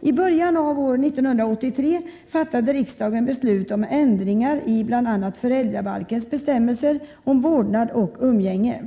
I början av år 1983 fattade riksdagen beslut om ändringar i bl.a. föräldrabalkens bestämmelser om vårdnad och umgänge.